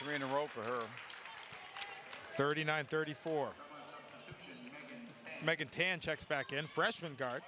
three in a row for thirty nine thirty four making tan checks back in freshman